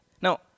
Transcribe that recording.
Now